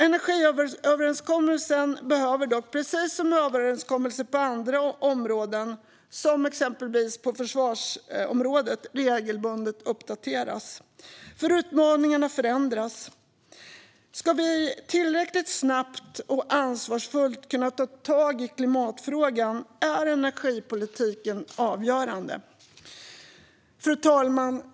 Energiöverenskommelsen behöver dock - precis som överenskommelser på andra områden, exempelvis försvarsområdet - regelbundet uppdateras, för utmaningarna förändras. Ska vi tillräckligt snabbt och ansvarsfullt kunna ta tag i klimatfrågan är energipolitiken avgörande. Fru talman!